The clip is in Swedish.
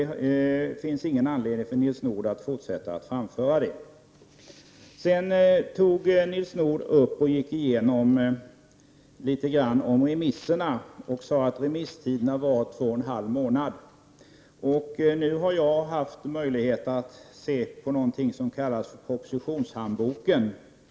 Det finns ingen anledning för Nils Nordh att fortsätta framföra det. Nils Nordh tog också upp remisstiden och sade att den hade varit två och en halv månad. Jag har haft möjlighet att läsa en skrift som kallas Propositionshandboken.